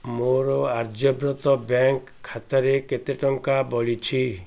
ମୋ ଆର୍ଯ୍ୟବ୍ରତ ବ୍ୟାଙ୍କ୍ ଖାତାରେ କେତେ ଟଙ୍କା ବଳିଛି